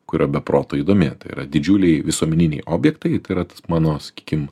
kur yra be proto įdomi tai yra didžiuliai visuomeniniai objektai tai yra tas mano sakykim